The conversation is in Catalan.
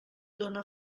dóna